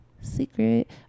Secret